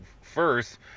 first